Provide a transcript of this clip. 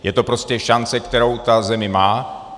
Je to prostě šance, kterou ta země má.